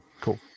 cool